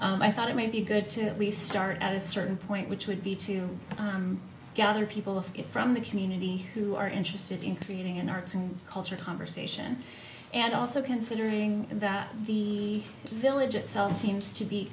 plan i thought it may be good to at least start at a certain point which would be to gather people of it from the community who are interested in creating an arts and culture conversation and also considering that the village itself seems to be